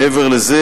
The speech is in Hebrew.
מעבר לזה,